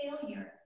failure